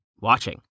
watching